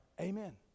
Amen